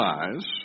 eyes